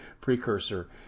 precursor